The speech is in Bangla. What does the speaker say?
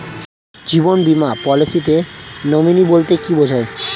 জীবন বীমা পলিসিতে নমিনি বলতে কি বুঝায়?